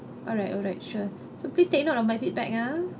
alright alright sure so please take note of my feedback ah